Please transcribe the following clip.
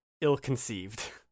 ill-conceived